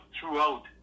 throughout